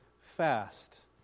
fast